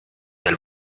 del